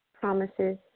promises